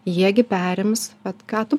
jie gi perims vat ką tu